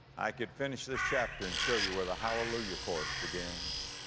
i could finish this chapter and show you where the hallelujah chorus begins,